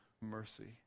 mercy